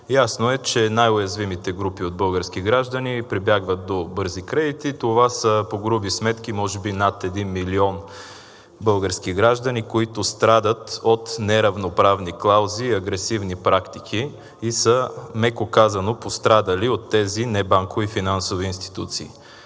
Ясно е, че най-уязвимите групи от български граждани прибягват до бързи кредити. Това са по груби сметки може би над 1 милион български граждани, които страдат от неравноправни клаузи, агресивни практики и са, меко казано, пострадали от тези небанкови финансови институции.